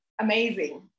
amazing